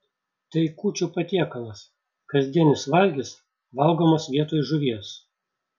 tai kūčių patiekalas kasdienis valgis valgomas vietoj žuvies